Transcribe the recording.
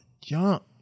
jump